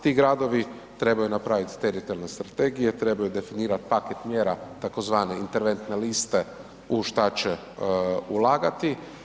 Ti gradovi trebaju napraviti teritorijalne strategije, trebaju definirati paket mjera tzv. interventne liste u šta će ulagati.